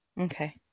Okay